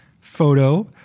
photo